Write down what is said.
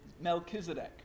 Melchizedek